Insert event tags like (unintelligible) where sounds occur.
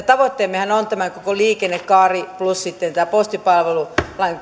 (unintelligible) tavoitteemmehan tässä koko liikennekaaressa plus sitten tämän postipalvelulain